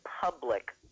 public